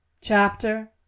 chapter